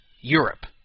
Europe